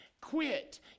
quit